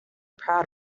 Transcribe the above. proud